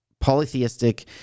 polytheistic